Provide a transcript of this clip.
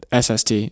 sst